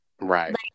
right